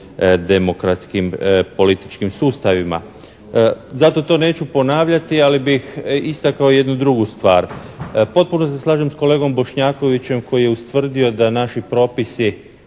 demokratskim političkim sustavima. Zato to neću ponavljati, ali bih istakao jednu drugu stvar. Potpuno se slažem s kolegom Bošnjakovićem koji je ustvrdio da naši propisi